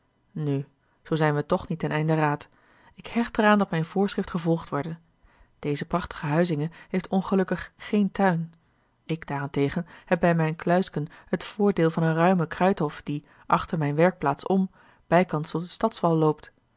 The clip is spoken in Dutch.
nu zoo zijn we toch niet ten einde raad ik hecht er aan dat mijn voorschrift gevolgd worde deze prachtige huizinge heeft ongelukkig geen tuin ik daarentegen heb bij mijn kluisken het voordeel van een ruimen kruidhof die achter mijne werkplaats om bijkans tot den stadswal loopt